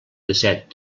disset